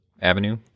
avenue